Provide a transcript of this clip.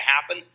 happen